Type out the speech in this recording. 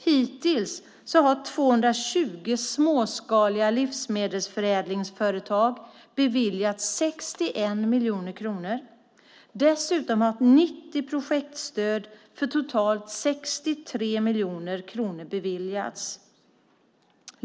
Hittills har 220 småskaliga livsmedelsförädlingsföretag beviljats 61 miljoner kronor. Dessutom har 90 projektstöd för totalt 63 miljoner kronor beviljats.